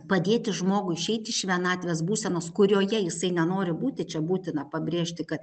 padėti žmogui išeiti iš vienatvės būsenos kurioje jisai nenori būti čia būtina pabrėžti kad